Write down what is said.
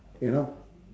you know